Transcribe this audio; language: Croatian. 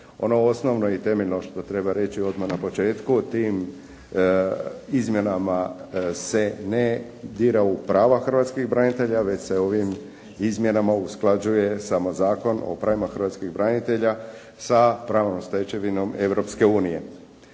Ono osnovno i temeljno što treba reći odmah na početku, tim izmjenama se ne dira u prava hrvatskih branitelja već se ovim izmjenama usklađuje samo Zakon o pravima hrvatskih branitelja sa pravnom stečevinom